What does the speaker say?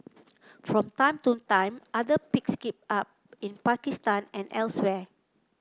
from time to time other picks it up in Pakistan and elsewhere